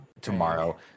tomorrow